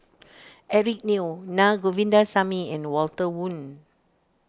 Eric Neo Naa Govindasamy and Walter Woon